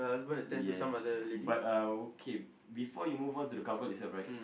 yes but uh okay before you move on to the cardboard itself right